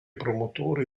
promotore